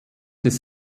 des